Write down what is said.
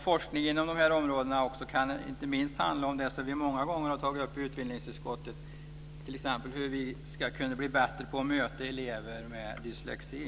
Forskning på de här områdena kan inte minst också handla om det som vi många gånger har tagit upp i utbildningsutskottet, nämligen hur vi ska kunna bli bättre på att möta elever med dyslexi.